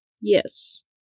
Yes